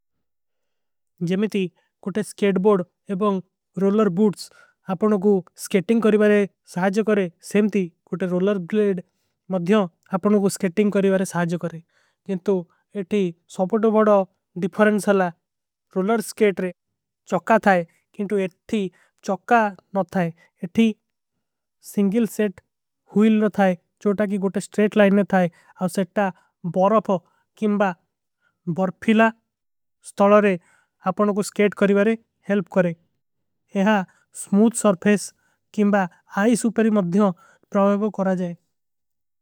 ଜୈମେଂ ଥୀ କୋଟେ ସ୍କେଟ ବୋର୍ଡ ଏବଂଗ ରୋଲର ବୂଟ୍ସ ଆପକୋ ସ୍କେଟିଂଗ କରୀବାରେ। ସହାଜ କରେଂ ସେମ୍ଥୀ କୋଟେ ରୋଲର ଗ୍ଲେଡ ମଧ୍ଯୋଂ ଆପକୋ ସ୍କେଟିଂଗ କରୀବାରେ। ସହାଜ କରେଂ କିଂଟୂ ଏଠୀ ସବଡୋ ବଡୋ ଡିଫରେଂଚଲ ରୋଲର ସ୍କେଟ ରେ ଚକ୍କା। ଥାଈ କିଂଟୂ ଏଠୀ ଚକ୍କା ନଥାଈ। ଏଠୀ ସିଂଗିଲ ସେଟ ହୁଲ ନଥାଈ ଚୋଟା। କୀ ଗୋଟେ ସ୍ଟ୍ରେଟ ଲାଇନ ନଥାଈ ଔର ସେଟ ତା ବରଫ ହୋ କିଂବା ବରଫିଲା। ସ୍ତଲରେଂ ଆପକୋ ସ୍କେଟ କରୀବାରେ ହେଲ୍ପ କରେଂ। ଯହାଁ ସ୍ମୂଧ ସୌର୍ଫେସ। କିଂବା ଆଈସ ଉପରୀ ମଧ୍ଯୋଂ ପ୍ରାଵେବୋ କରା ଜାଏ।